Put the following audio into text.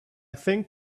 think